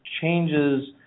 changes